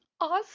awesome